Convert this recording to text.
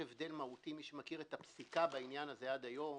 מי שמכיר את הפסיקה בעניין הזה עד היום,